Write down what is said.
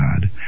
God